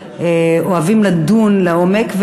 שאוהבים לדון עניינית ולדון לעומק,